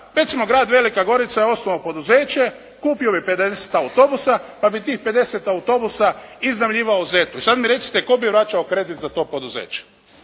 recimo Grad Velika Gorica je osnovao poduzeće, kupili 50 autobusa pa bi tih 50 autobusa iznajmljivao ZET-u. I sad mi recite tko bi vraćao kredit za to poduzeće?